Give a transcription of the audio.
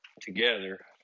together